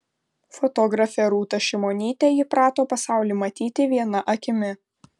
fotografė rūta šimonytė įprato pasaulį matyti viena akimi